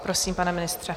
Prosím, pane ministře.